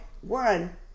one